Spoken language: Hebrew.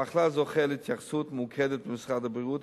המחלה זוכה להתייחסות ממוקדת במשרד הבריאות,